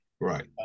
Right